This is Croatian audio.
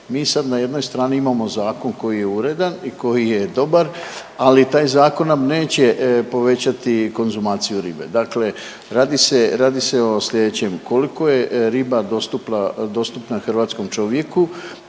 Mi sad na jednoj strani imamo zakon koji je uredan i koji je dobar, ali taj zakon nam neće povećati konzumaciju ribe. Dakle, radi se o sljedećem: koliko je riba dostupna hrvatskom čovjeku